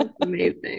amazing